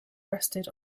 rested